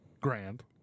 Grand